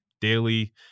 daily